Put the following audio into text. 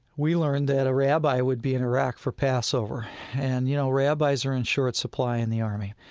we learned that a rabbi would be in iraq for passover. and, you know, rabbis are in short supply in the army.